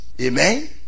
amen